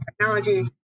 technology